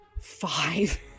five